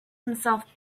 himself